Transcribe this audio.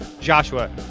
Joshua